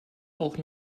auch